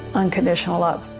unconditional love.